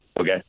okay